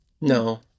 No